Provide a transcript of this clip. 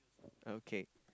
okay